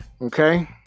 Okay